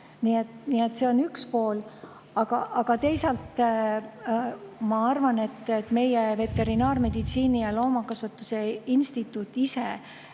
See on üks pool. Aga teisalt ma arvan, et meie veterinaarmeditsiini ja loomakasvatuse instituut ise